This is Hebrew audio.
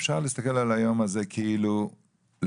אפשר להסתכל על היום הזה כאילו לקונן,